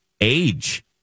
age